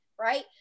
right